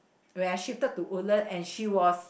when I shifted to Woodlands and she was